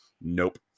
Nope